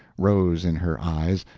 rose in her eyes,